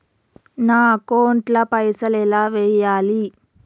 నా అకౌంట్ ల పైసల్ ఎలా వేయాలి?